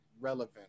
relevant